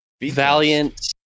valiant